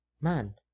man